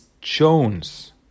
Jones